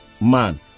man